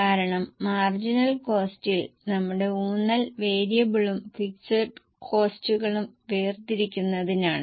കാരണം മാർജിനൽ കോസ്റ്റിൽ നമ്മുടെ ഊന്നൽ വേരിയബിളും ഫിക്സഡ് കോസ്റ്റുകളും വേർതിരിക്കുന്നതിനാണ്